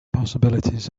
possibilities